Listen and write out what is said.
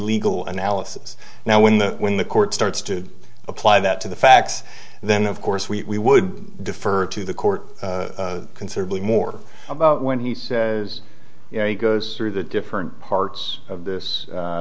legal analysis now when the when the court starts to apply that to the facts and then of course we would defer to the court considerably more about when he says you know he goes through the different parts of this